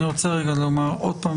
אני רוצה רגע לומר עוד פעם,